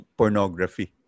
pornography